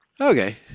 Okay